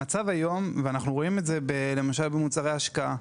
אנחנו רואים את המצב היום במוצרי השקעה,